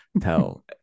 tell